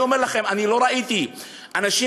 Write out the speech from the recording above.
אני אומר לכם: לא ראיתי אנשים,